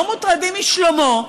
לא מוטרדים משלומו,